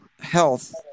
health